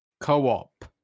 Co-op